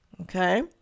Okay